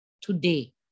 today